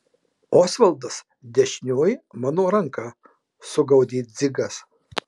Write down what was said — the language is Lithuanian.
osvaldas dešinioji mano ranka sugaudė dzigas